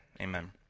Amen